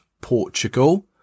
Portugal